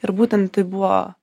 ir būtent tai buvo